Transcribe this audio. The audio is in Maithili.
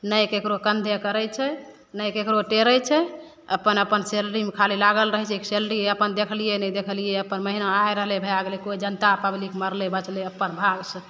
नहि ककरो कन्धे करै छै नहि ककरो टेरै छै अपन अपन सैलरीमे खाली लागल रहै छै सैलरी अपन देखलिए नहि देखलिए अपन महिना आइ रहलै भै गेलै कोइ जनता पब्लिक मरलै बचलै अपन भागसे